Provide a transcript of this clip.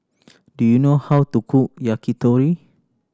do you know how to cook Yakitori